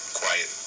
quiet